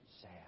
sad